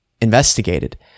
investigated